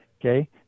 Okay